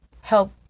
help